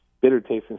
bitter-tasting